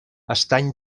estany